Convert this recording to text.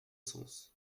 sens